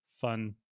Fun